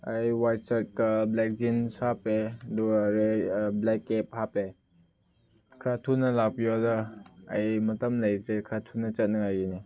ꯑꯩ ꯍ꯭ꯋꯥꯏꯠ ꯁꯥꯔꯠꯀ black jeans ꯍꯥꯞꯄꯦ ꯑꯗꯨꯒ ꯕ꯭ꯂꯦꯛ ꯀꯦꯞ ꯍꯥꯞꯄꯦ ꯈꯔ ꯊꯨꯅ ꯂꯥꯛꯄꯤꯌꯣꯗ ꯑꯩ ꯃꯇꯝ ꯂꯩꯇ꯭ꯔꯦ ꯈꯔ ꯊꯨꯅ ꯆꯠꯅꯉꯥꯏꯒꯤꯅꯦ